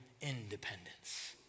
independence